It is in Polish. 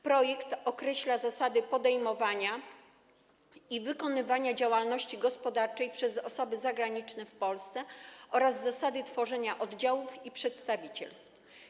Projekt określa zasady podejmowania i wykonywania działalności gospodarczej przez osoby zagraniczne w Polsce oraz zasady tworzenia oddziałów i przedstawicielstw.